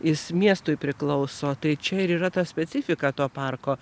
jis miestui priklauso tai čia ir yra ta specifika to parko